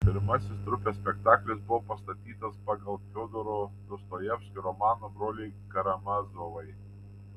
pirmasis trupės spektaklis buvo pastatytas pagal fiodoro dostojevskio romaną broliai karamazovai